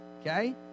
Okay